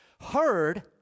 heard